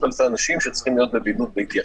אלפי אנשים שצריכים להיות בבידוד ביתי.